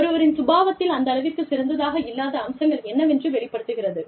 ஒருவரின் சுபாவத்தில் அந்தளவிற்குச் சிறந்ததாக இல்லாத அம்சங்கள் என்னவென்று வெளிப்படுத்துகிறது